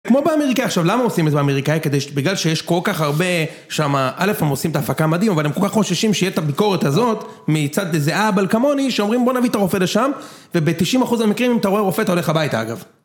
כמו באמריקאי, עכשיו למה עושים את זה באמריקאי? בגלל שיש כל כך הרבה שם, א', הם עושים את ההפקה המדהימה, אבל הם כל כך חוששים שיהיה את הביקורת הזאת מצד איזה אהבל כמוני, שאומרים בוא נביא את הרופא לשם, וב-90% המקרים אם אתה רואה רופא אתה הולך הביתה אגב.